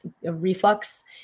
reflux